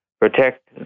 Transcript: protect